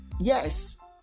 Yes